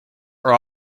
are